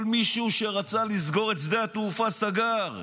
כל מישהו שרצה לסגור את שדה התעופה סגר,